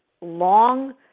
Long